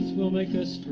will make us